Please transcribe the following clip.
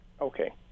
Okay